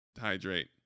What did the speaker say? hydrate